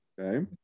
okay